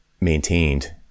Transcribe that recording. maintained